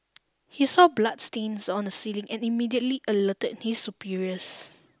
he saw bloodstains on the ceiling and immediately alerted his superiors